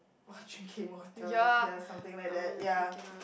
while drinking water ya something like that ya